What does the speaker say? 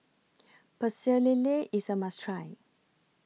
Pecel Lele IS A must Try